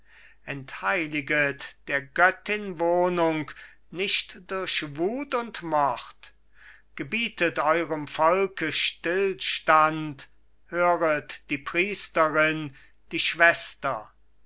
entheiliget der göttin wohnung nicht durch wuth und mord gebietet euerm volke stillstand höret die priesterin die schwester